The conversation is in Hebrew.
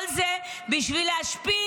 כל זה בשביל להשפיל.